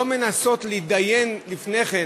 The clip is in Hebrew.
ולא מנסות להתדיין לפני כן